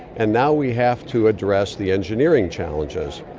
and now we have to address the engineering challenges,